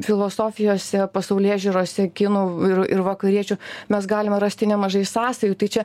filosofijose pasaulėžiūrose kinų ir ir vakariečių mes galime rasti nemažai sąsajų tai čia